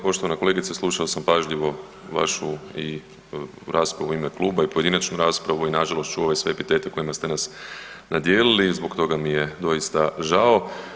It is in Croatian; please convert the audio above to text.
Poštovana kolegice slušao sam pažljivo vašu i raspravu u ime kluba i pojedinačnu raspravu i nažalost ću ove sve epitete kojima ste nas nadijelili i zbog toga mi je doista žao.